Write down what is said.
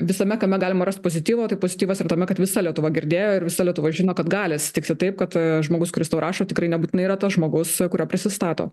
visame kame galima rast pozityvo tai pozityvas yra tame kad visa lietuva girdėjo ir visa lietuva žino kad gali atsitikti taip kad žmogus kuris tau rašo tikrai nebūtinai yra tas žmogus kuriuo prisistato